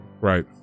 Right